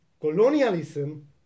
colonialism